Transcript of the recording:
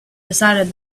decided